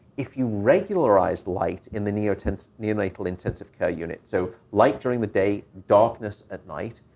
if you regularized light in the neonatal neonatal intensive care unit, so light during the day, darkness at night,